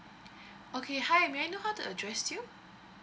okay hi may I know how to address you